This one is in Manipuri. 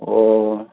ꯑꯣ